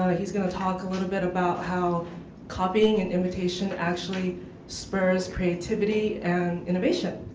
he's going to talk a little bit about how copying and imitation actually spurs creativity and innovation.